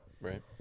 Right